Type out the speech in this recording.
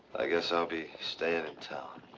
i guess i'll be staying in town.